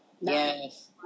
Yes